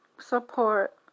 support